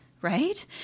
right